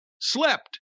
slept